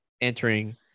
entering